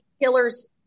killers